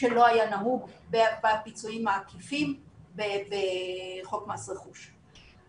שלא היה נהוג בפיצויים העקיפים ובחוק מס רכוש.